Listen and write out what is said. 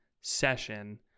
session